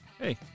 Hey